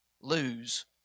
lose